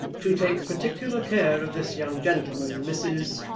to take particular care of this young gentleman, mrs